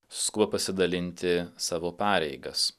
skuba pasidalinti savo pareigas